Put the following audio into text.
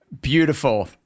Beautiful